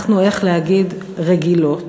אנחנו, איך להגיד, רגילות,